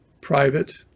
private